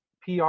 PR